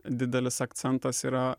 didelis akcentas yra